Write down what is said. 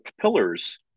pillars